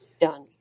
done